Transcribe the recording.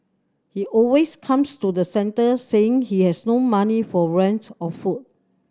he always comes to the centre saying he has no money for rent or food